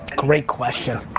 great question.